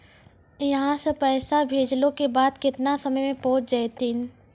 यहां सा पैसा भेजलो के बाद केतना समय मे पहुंच जैतीन?